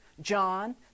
John